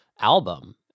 album